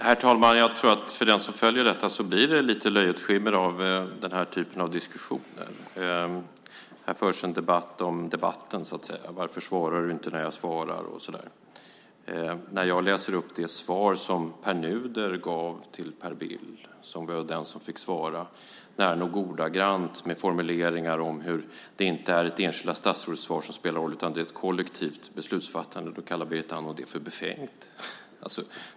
Herr talman! Jag tror att den som följer debatten tycker att det finns lite av ett löjets skimmer över diskussionen. Här förs en debatt om debatten så att säga - varför svarar du inte, trots att jag svarar, och så vidare. När jag läser upp det svar som Pär Nuder gav till Per Bill - det var nämligen Pär Nuder som fick svara på interpellationen - och det är fråga om nära nog ordagranna formuleringar om att det inte är det enskilda statsrådets svar som spelar roll utan det är fråga om ett kollektivt beslutsfattande, då kallar Berit Andnor det befängt.